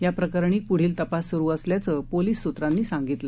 या प्रकरणी पुढील तपास सुरू असल्याचं पोलीस सूत्रांनी सांगितलं